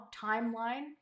timeline